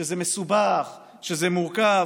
שזה מסובך, שזה מורכב,